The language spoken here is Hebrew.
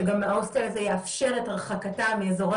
שגם ההוסטל הזה יאפשר את הרחקתם מאזורי